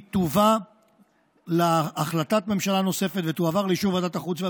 היא תובא להחלטת ממשלה נוספת ותועבר לאישור ועדת החוץ והביטחון.